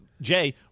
Jay